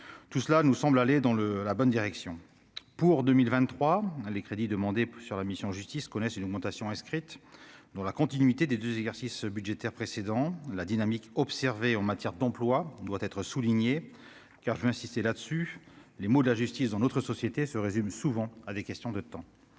Tout cela nous semble aller dans la bonne direction. Pour 2023, les crédits de la mission « Justice » connaissent une augmentation inscrite dans la continuité des deux exercices budgétaires précédents, et la dynamique observée en matière d'emplois doit être soulignée. J'y insiste, tant les maux de la justice dans notre société se résument souvent à des questions de temps.